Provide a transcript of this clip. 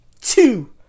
two